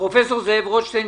פרופ' זאב רוטשטיין,